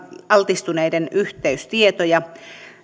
altistuneiden yhteystietoja